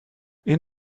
این